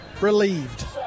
relieved